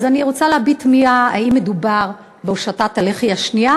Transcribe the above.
אז אני רוצה להביע תמיהה: האם מדובר בהושטת הלחי השנייה,